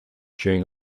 during